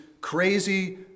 crazy